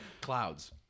clouds